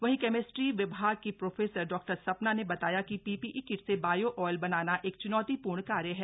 वहीं केमेस्ट्री विभाग की प्रोफेसर डॉक्टर सपना ने बताया कि पीपीई किट से बायो ऑयल बनाना एक च्नौतीपूर्ण कार्य है